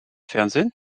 fernsehen